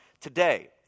today